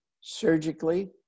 surgically